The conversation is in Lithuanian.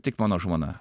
tik mano žmona